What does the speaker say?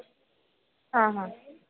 हां हां